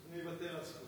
אני אוותר על זכותי.